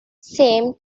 same